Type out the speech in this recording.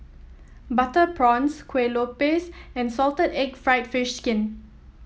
Butter Prawns Kueh Lupis and Salted Egg fried fish skin